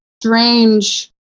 strange